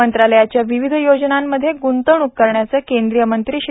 मंत्रालयाच्या विविध योजनांमध्ये ग्ंतवणूक करण्याच केंद्रीय मंत्री श्री